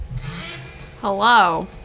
Hello